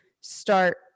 start